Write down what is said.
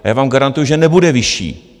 Já vám garantuji, že nebude vyšší.